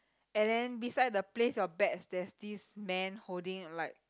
and then beside the place your bets there's this man holding like